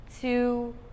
Two